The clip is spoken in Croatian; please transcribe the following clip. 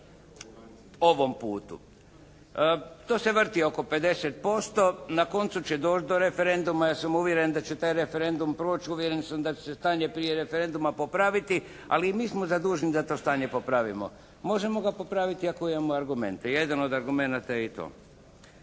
ovom putu. To se vrti oko 50%. Na koncu će doći do referenduma. Ja sam uvjeren da će taj referendum proći. Uvjeren sam da će se stanje prije referenduma popraviti, ali i mi smo zaduženi da to stanje popravimo. Možemo ga popraviti ako imamo argumente. Jedan od argumenata je i to.